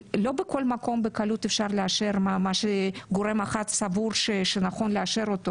לא בכל מקום בקלות אפשר לאשר מה שגורם אחד סבור שאפשר לאשר אותו.